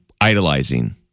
idolizing